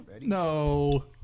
No